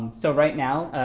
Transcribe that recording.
so right now,